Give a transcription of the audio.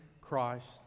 Christ